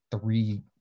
three